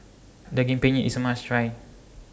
Daging Penyet IS A must Try